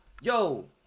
yo